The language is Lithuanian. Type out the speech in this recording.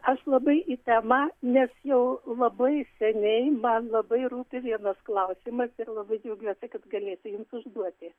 aš labai į temą nes jau labai seniai man labai rūpi vienas klausimas ir labai džiaugiuosi kad galėsiu jums užduoti